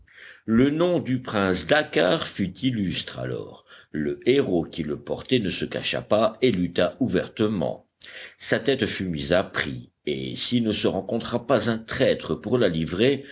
le nom du prince dakkar fut illustre alors le héros qui le portait ne se cacha pas et lutta ouvertement sa tête fut mise à prix et s'il ne se rencontra pas un traître pour la livrer